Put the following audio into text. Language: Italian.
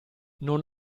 non